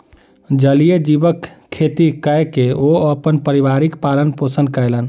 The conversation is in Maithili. जलीय जीवक खेती कय के ओ अपन परिवारक पालन पोषण कयलैन